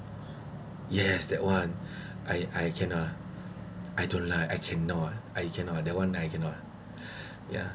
yes that one I I cannot I don't lie I cannot I cannot that one I cannot ya